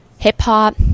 Hip-hop